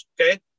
okay